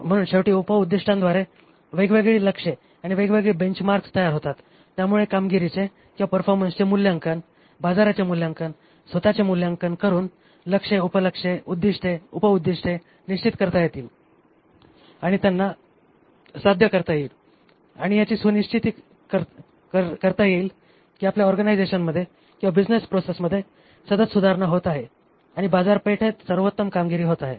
म्हणून शेवटी उप उद्दिष्टांद्वारे वेगवेगळी लक्ष्ये आणि वेगवेगळे बेंचमार्क्स तयार होतात ज्यामुळे कामगिरीचे परफॉर्मन्सचे मूल्यांकन बाजाराचे मूल्यांकन स्वतःचे मूल्यांकन करून लक्ष्य उपलक्ष्ये उद्दिष्टे उप उद्दिष्टे निश्चित करता येतील आणि त्यांना साध्य करता येईल आणि ह्याची सुनिश्चीती करता येईल की आपल्या ऑर्गनायझेशनमध्ये किंवा बिझनेस प्रोसेसमध्ये सतत सुधारणा होत आहे आणि बाजारपेठेत सर्वोत्तम कामगिरी होत आहे